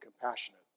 compassionate